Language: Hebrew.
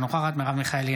אינה נוכחת מרב מיכאלי,